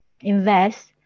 invest